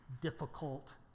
difficult